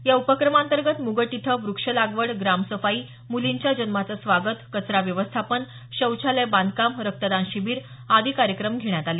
या उपक्रमातंर्गत मुगट इथं व्रक्ष लागवड ग्राम सफाई म्लींच्या जन्माचं स्वागत कचरा व्यवस्थापन शौचालय बांधकाम रक्तदान शिबीर आदी कार्यक्रम घेण्यात आले